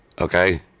okay